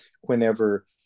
whenever